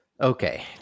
Okay